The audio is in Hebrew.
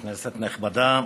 כנסת נכבדה,